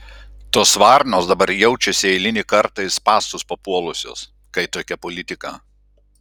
tos varnos dabar jaučiasi eilinį kartą į spąstus papuolusios kai tokia politika